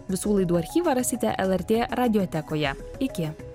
visų laidų archyvą rasite lrt radiotekoje iki